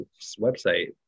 website